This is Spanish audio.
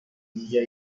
villa